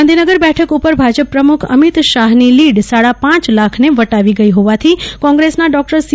ગાંધીનગર બેઠક ઉપર ભાજપ પ્રમુખ અમિત શાહની લીડ સાડા પાંચ લાખને વટાવી ગઈ હોવાથી કોંગ્રેસ ના ડોક્ટર સી